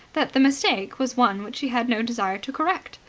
that the mistake was one which she had no desire to correct.